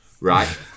right